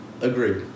Agreed